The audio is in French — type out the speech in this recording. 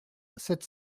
sept